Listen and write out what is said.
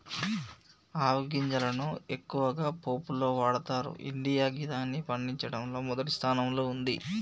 ఆవ గింజలను ఎక్కువగా పోపులో వాడతరు ఇండియా గిదాన్ని పండించడంలో మొదటి స్థానంలో ఉంది